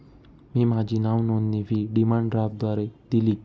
मी माझी नावनोंदणी fee demand ड्राफ्टद्वारे दिली